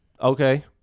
Okay